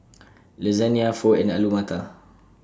Lasagna Pho and Alu Matar